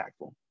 impactful